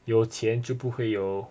有钱就不会有